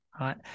right